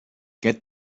get